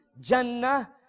Jannah